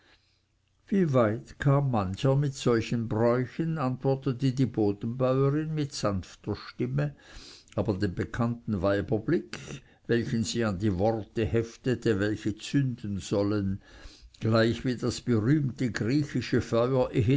wie weit kam mancher mit solchen bräuchen antwortete die bodenbäuerin mit sanfter stimme aber dem bekannten weiberblick welchen sie an die worte heften welche zünden sollen gleich wie das berühmte griechische